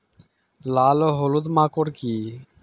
লাল ও হলুদ মাকর কী?